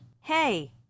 Hey